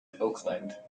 oakland